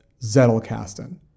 Zettelkasten